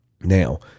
Now